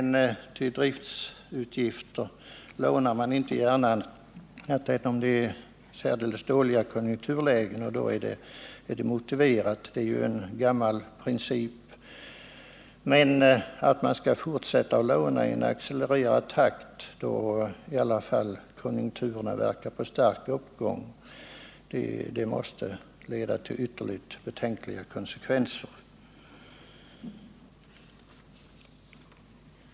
Till driftsutgifter lånar man emellertid inte gärna annat än i särdeles dåliga konjunkturlägen, då det kan vara motiverat. Att fortsätta att låna i en accelererad takt när konjunkturen verkar vara i stark uppgång måste leda till ytterligt betänkliga konsekvenser.